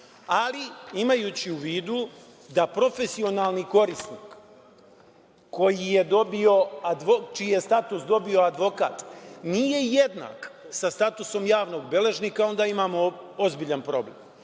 ali imajući u vidu da profesionalni korisnik čiji je status dobio advokat nije jednak sa statusom javnog beležnika, onda imamo ozbiljan problem.Zašto